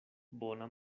bona